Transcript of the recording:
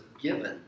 given